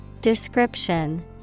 Description